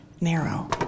narrow